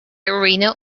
arena